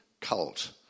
cult